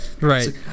Right